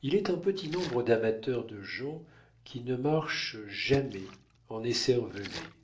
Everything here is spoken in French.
il est un petit nombre d'amateurs de gens qui ne marchent jamais en écervelés